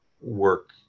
work